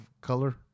color